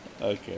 Okay